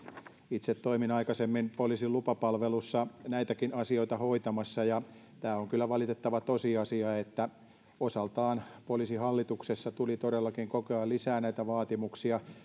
itse toimin aikaisemmin poliisin lupapalvelussa näitäkin asioita hoitamassa ja kuten edustaja linden juuri mainitsi on kyllä valitettava tosiasia että osaltaan poliisihallituksessa tuli todellakin koko ajan lisää vaatimuksia